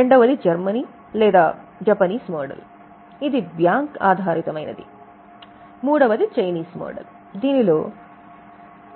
రెండవది జర్మన్ లేదా Japanese model ఇది బ్యాంక్ ఆధారితమైనది మూడవది చైనీస్ మోడల్ ఇది